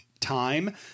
time